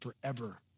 forever